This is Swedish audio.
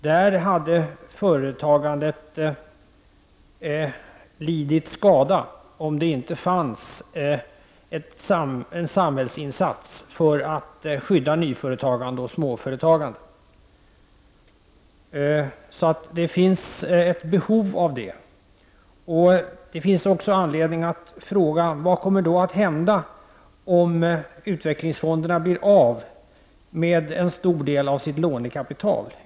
Där hade företagandet lidit skada om det inte funnits en samhällsinsats för att skydda nyföretagandet och småföretagandet. En sådan insats behövs alltså. Det finns också anledning att fråga: Vad kommer att hända om utvecklingsfonderna blir av med en stor del av sitt lånekapital?